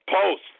post